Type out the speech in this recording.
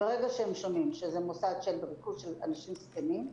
ברגע שהם שומעים שזה מוסד עם ריכוז של אנשים זקנים,